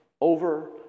over